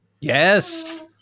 Yes